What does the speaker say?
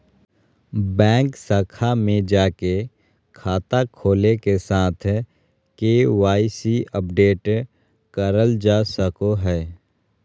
bank शाखा में जाके खाता खोले के साथ के.वाई.सी अपडेट करल जा सको हय